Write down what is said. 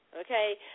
Okay